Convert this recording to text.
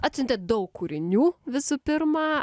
atsiuntėt daug kūrinių visų pirma